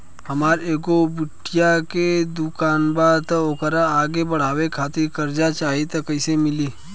हमार एगो बुटीक के दुकानबा त ओकरा आगे बढ़वे खातिर कर्जा चाहि त कइसे मिली?